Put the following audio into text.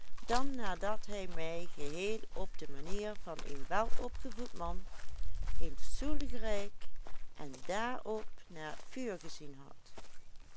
dan nadat hij mij geheel op de manier van een welopgevoed man een stoel gereikt en daarop naar het vuur gezien had